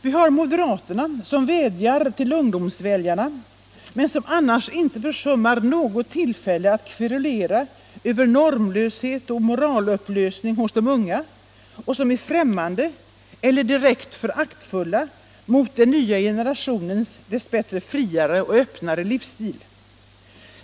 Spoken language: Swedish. Vi har moderaterna som vädjar till ungdomsväljarna men som annars inte försummar något tillfälle att kverulera över normlöshet och moralupplösning hos de unga och som är främmande för eller direkt föraktfulla mot den nya generationens dess bättre friare och öppnare livsstil.